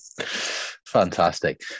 Fantastic